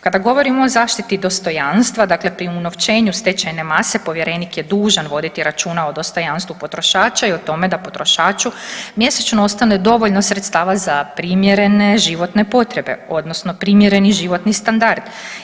Kada govorim o zaštiti dostojanstva, dakle pri unovčenju stečajne mase povjerenik je dužan voditi računa o dostojanstvu potrošača i o tome da potrošaču mjesečno ostane dovoljno sredstava za primjerene životne potrebe, odnosno primjereni životni standard.